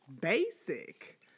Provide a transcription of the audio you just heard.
basic